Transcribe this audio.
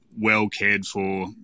well-cared-for